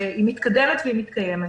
היא מתקדמת והיא מתקיימת.